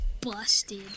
busted